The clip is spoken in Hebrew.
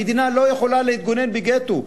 המדינה לא יכולה להתגונן בגטו.